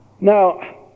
Now